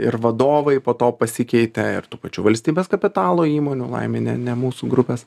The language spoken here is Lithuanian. ir vadovai po to pasikeitė ir tų pačių valstybės kapitalo įmonių laimė ne ne mūsų grupes